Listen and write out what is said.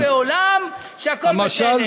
קבל עם ועולם שהכול בסדר.